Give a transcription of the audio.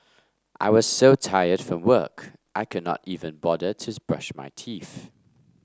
I was so tired from work I could not even bother to brush my teeth